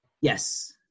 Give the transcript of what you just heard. Yes